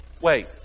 wait